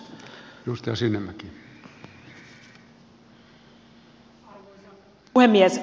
arvoisa puhemies